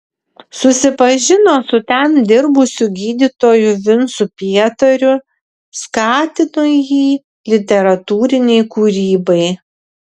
susipažino su ten dirbusiu gydytoju vincu pietariu skatino jį literatūrinei kūrybai